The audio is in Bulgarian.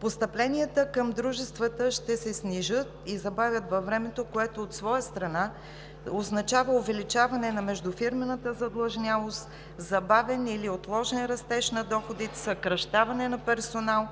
Постъпленията към дружествата ще се снижат и запазят във времето, което от своя страна означава увеличаване на междуфирмената задлъжнялост, забавяне или отложен растеж на доходите, съкращаване на персонал,